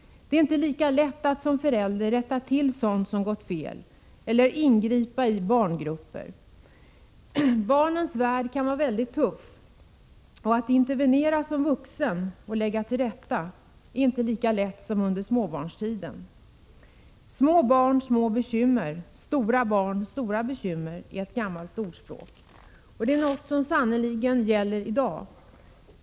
Det är inte lika lätt att som förälder rätta till sådant som gått fel eller ingripa i kamratgrupper. Barnens värld kan vara mycket tuff, och att intervenera som vuxen och lägga till rätta är alls inte lika lätt som under småbarnstiden. ”Små barn små bekymmer, stora barn stora bekymmer” är ett gammalt ordspråk. Det är något som sannerligen gäller i dag.